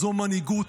זו מנהיגות.